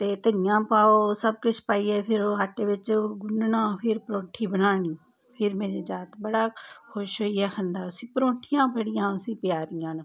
ते धनिया पाओ सब किश पाइयै फिर ओह् आटे बिच्च गुन्नना फिर परोंठी बनानी फिर मेरा जागत बड़ा खुश होइयै खंदा उसी परोंठियां बड़ियां उसी प्यारियां न